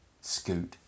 Scoot